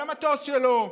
על המטוס שלו.